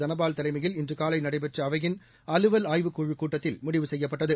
தனபால் தலைமையில் இன்று காலை நடைபெற்ற அவையின் அலுவல் ஆய்வுக் குழுக் கூட்டத்தில் முடிவு செய்யப்பட்டது